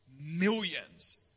millions